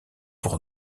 pour